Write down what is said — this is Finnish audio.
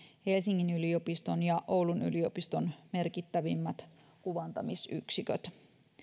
helsingin yliopiston ja oulun yliopiston merkittävimmät kuvantamisyksiköt